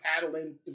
paddling